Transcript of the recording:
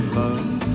love